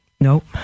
Nope